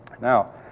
Now